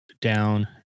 down